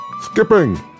SKIPPING